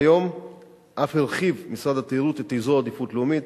כיום אף הרחיב משרד התיירות את אזור העדיפות הלאומית,